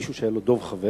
מישהו שהיה לו דוב חבר,